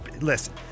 listen